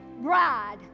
bride